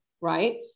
right